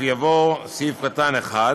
(1)